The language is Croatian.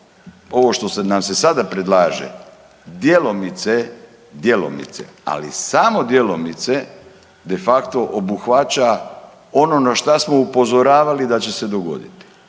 ovo što nam se sada predlaže djelomice, djelomice, ali samo djelomice de facto obuhvaća ono na što smo upozoravali da će se dogoditi,